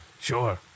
Sure